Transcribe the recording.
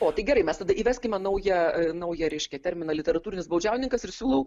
o tai gerai mes tada įveskime naują naują reiškia terminą literatūrinis baudžiauninkas ir siūlau